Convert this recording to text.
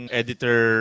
editor